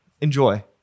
enjoy